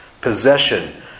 possession